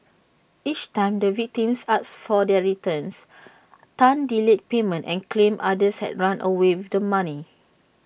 each time the victims asked for their returns Tan delayed payment and claimed others had run away with the money